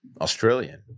Australian